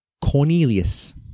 Cornelius